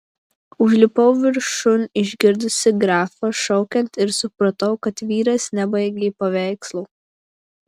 užlipau viršun išgirdusi grafą šaukiant ir supratau kad vyras nebaigė paveikslo